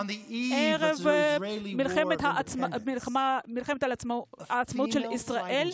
ערב מלחמת העצמאות של ישראל,